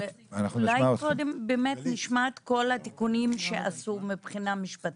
אולי נשמע קודם את התיקונים שעשו מבחינה משפטית?